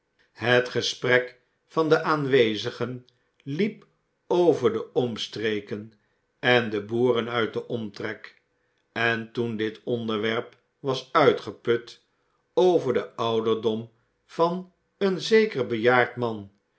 het gesprek van de aanwezigen liep over de omstreken en de boeren uit den omtrek en toen dit onderwerp was uitgeput over den ouderdom van een zeker bejaard man